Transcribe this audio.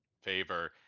favor